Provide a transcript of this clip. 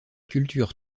culture